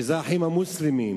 שזה "האחים המוסלמים".